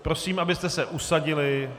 Prosím, abyste se usadili.